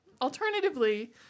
alternatively